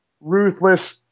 ruthless